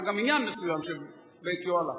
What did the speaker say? היה גם עניין מסוים שבעטיו הלכת.